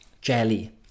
jelly